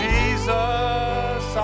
Jesus